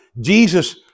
Jesus